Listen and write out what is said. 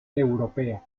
europea